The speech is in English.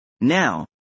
Now